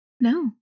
No